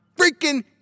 freaking